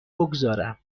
بگذارم